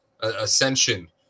ascension